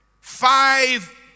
Five